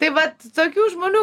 tai vat tokių žmonių